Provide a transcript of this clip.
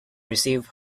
receive